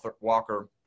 Walker